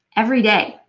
every day.